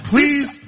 Please